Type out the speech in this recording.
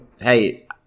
hey